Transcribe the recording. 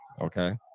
Okay